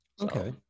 Okay